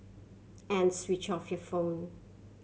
and switch off your phone